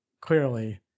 clearly